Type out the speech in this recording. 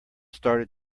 started